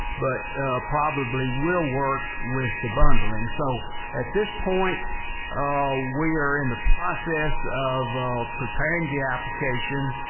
but probably will work with the bundling, so at this point we are in the process of preparing the application.